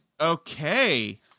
Okay